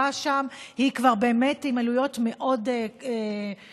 היא כבר באמת בעלויות מאוד משמעותיות,